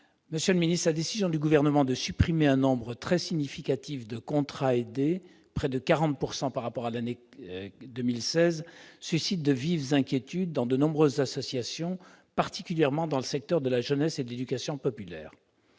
Monsieur le ministre, la décision du Gouvernement de supprimer un nombre très significatif de contrats aidés, près de 40 % par rapport à l'année 2016, suscite de vives inquiétudes dans de nombreuses associations, particulièrement dans le secteur de la jeunesse et de l'éducation populaire.